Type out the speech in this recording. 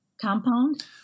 compound